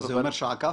אני מסכים.